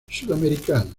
sudamericanos